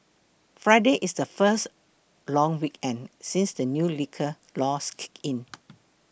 friday is the first long weekend since the new liquor laws kicked in